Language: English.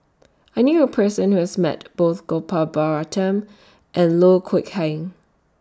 I knew A Person Who has Met Both Gopal Baratham and Loh Kok Heng